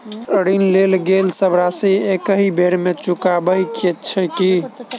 ऋण लेल गेल सब राशि एकहि बेर मे चुकाबऽ केँ छै की?